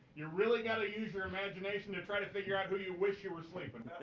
you really gotta use your imagination to try to figure out who you wish you were sleeping